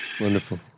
Wonderful